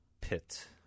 pit